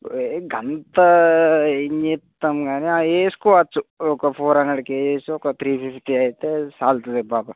ఏమి అంత ఏమి చెప్తాం కానీ వేసుకోవచ్చు ఒక ఫోర్ హండ్రెడ్ కేజీస్ ఒక త్రీ ఫిఫ్టీ అయితే చాలు అది బాగా